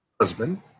husband